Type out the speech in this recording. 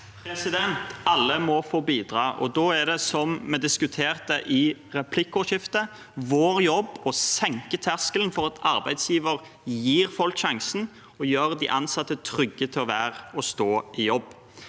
Alle må få bi- dra, og da er det, som vi diskuterte i replikkordskiftet, vår jobb å senke terskelen for at arbeidsgiver gir folk sjansen og gjør de ansatte trygge til å være i og stå i jobb.